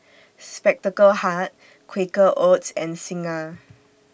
Spectacle Hut Quaker Oats and Singha